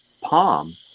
palm